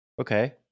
Okay